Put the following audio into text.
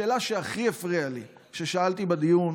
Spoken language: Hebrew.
השאלה שהכי הפריעה לי, כששאלתי בדיון